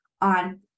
on